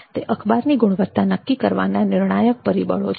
તે અખબારની ગુણવત્તા નક્કી કરવાના નિર્ણાયક પરીબળો છે